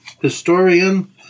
historian